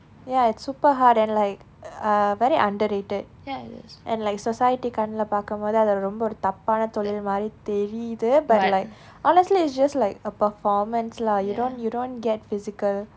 ya it's super hard and like uh very underrated and like society கண்ணுல பார்க்கும்போது அது ரொம்ப ஒரு தப்பான தொழில் மாதிரி தெரியுது:kannula paarkkumpothu athu romba oru thappana tholil maathiri theriyuthu but like honestly it's just like a performance lah you don't you don't get physical